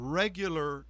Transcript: regular